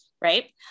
right